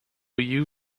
you